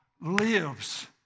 lives